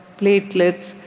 platelets,